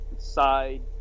Side